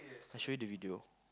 I show you the video